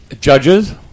Judges